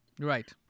Right